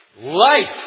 Life